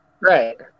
Right